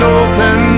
open